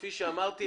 כפי שאמרתי,